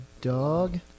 dog